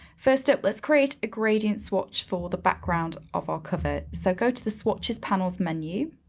first up, let's create a gradient swatch for the background of our cover. so go to the swatches panel menu,